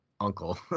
uncle